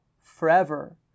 forever